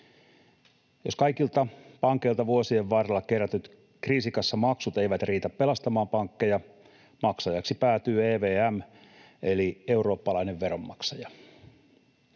Jos kaikilta pankeilta vuosien varrella kerätyt kriisikassamaksut eivät riitä pelastamaan pankkeja, maksajaksi päätyy EVM eli eurooppalainen veronmaksaja.